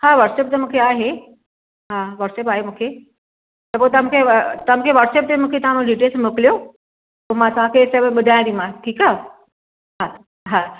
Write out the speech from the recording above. हा वॉट्सअप त मूंखे आहे हा वॉट्सअप आहे मूंखे त पोइ तव्हां मूंखे तव्हां मूंखे वॉट्सअप ते तव्हां मूंखे डिटेल्स मोकिलियो पोइ मां तव्हां खे विच में ॿुधायां थी मां ठीकु आहे हा हा